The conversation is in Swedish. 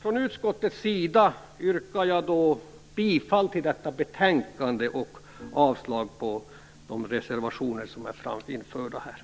Jag yrkar bifall till hemställan i detta betänkande och avslag på de reservationer som fogats till det.